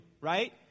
right